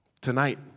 tonight